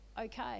okay